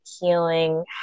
healing